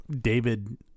david